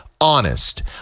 honest